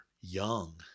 young